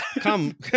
Come